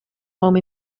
home